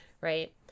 right